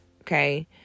Okay